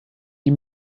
die